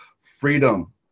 freedom